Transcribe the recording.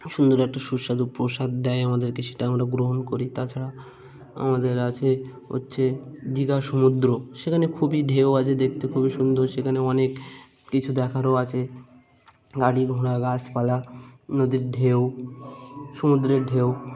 সুন্দর একটা সুস্বাদু প্রসাদ দেয় আমাদেরকে সেটা আমরা গ্রহণ করি তাছাড়া আমাদের আছে হচ্ছে দীঘার সমুদ্র সেখানে খুবই ঢেউ আছে দেখতে খুবই সুন্দর সেখানে অনেক কিছু দেখারও আছে গাড়ি ঘোড়া গাছপালা নদীর ঢেউ সমুদ্রের ঢেউ